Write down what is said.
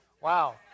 Wow